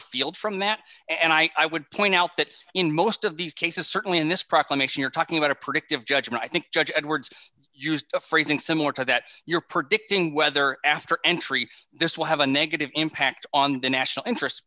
afield from that and i i would point out that in most of these cases certainly in this proclamation you're talking about a predictive judgement i think judge edwards used phrasing similar to that you're predicting whether after entry this will have a negative impact on the national interest